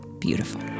beautiful